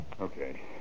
Okay